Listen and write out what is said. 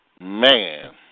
Man